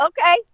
okay